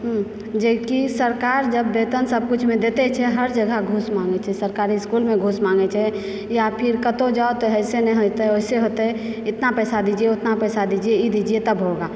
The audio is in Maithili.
जेकि सरकार जब वेतन सभकुछमे दइते छै हर जगह घूस माँगय छै सरकारी इस्कूलमे घूस माँगय छै या फिर कतहुँ जाउ तऽ ऐसे नहि हेतय वैसे हेतय इतना पैसा दीजिये उतना पैसा दीजिये इ दीजिये तब होगा